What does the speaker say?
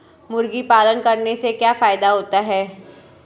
मुर्गी पालन करने से क्या फायदा होता है?